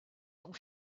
sont